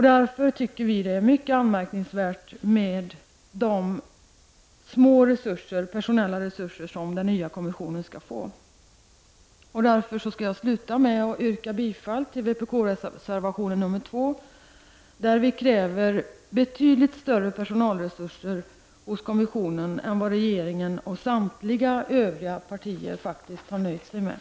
Därför tycker vi att det är mycket anmärkningsvärt med de små personella resurser som den nya kommissionen skall få. Därför skall jag sluta med att yrka bifall till vpk-reservationen, nr 2, där vi kräver betydligt större personalresurser hos kommissionen än vad regeringen och samtliga övriga partier faktiskt har nöjt sig med.